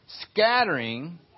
scattering